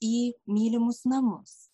į mylimus namus